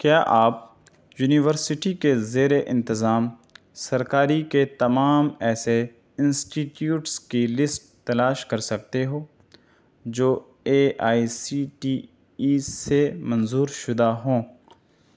کیا آپ یونیورسٹی کے زیر انتظام سرکاری کے تمام ایسے انسٹیٹیوٹس کی لسٹ تلاش کر سکتے ہو جو A I C T E سے منظور شدہ ہوں